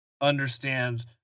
understand